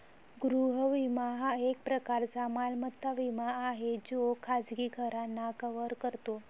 गृह विमा हा एक प्रकारचा मालमत्ता विमा आहे जो खाजगी घरांना कव्हर करतो